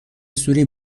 سوری